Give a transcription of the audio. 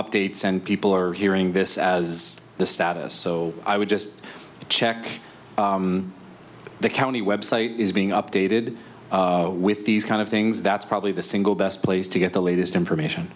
updates and people are hearing this as the status so i would just check the county website is being updated with these kind of things that's probably the single best place to get the latest information